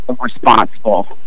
responsible